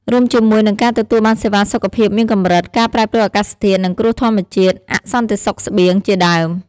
រួមជាមួយនិង ការទទួលបានសេវាសុខភាពមានកម្រិត ការប្រែប្រួលអាកាសធាតុ និងគ្រោះធម្មជាតិ អសន្តិសុខស្បៀង ជាដើម។